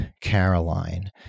Caroline